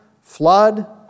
flood